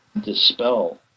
dispel